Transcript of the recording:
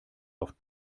auf